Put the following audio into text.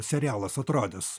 serialas atrodys